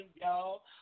y'all